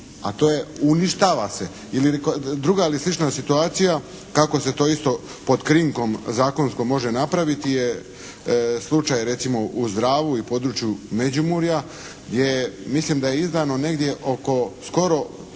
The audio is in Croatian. A to je, uništava se. Ili druga ili slična situacija kako se to isto pod krinkom zakonskom može napraviti je slučaj recimo uz Dravu i u području Međimurja, gdje mislim da je izdano negdje oko skoro